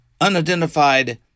unidentified